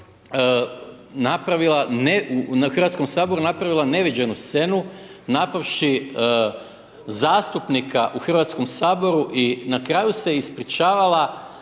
napravila neviđenu scenu napavši zastupnika u Hrvatskom saboru i na kraju se ispričavala